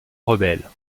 rebelle